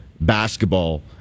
basketball